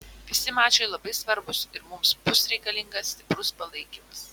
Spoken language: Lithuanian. visi mačai labai svarbūs ir mums bus reikalingas stiprus palaikymas